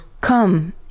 come